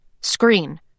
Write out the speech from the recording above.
Screen